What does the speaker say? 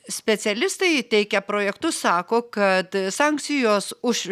specialistai teikę projektus sako kad sankcijos už